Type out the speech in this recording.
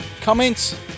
comments